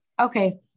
Okay